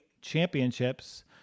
championships